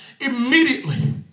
immediately